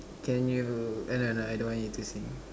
can you eh no no I don't want you to sing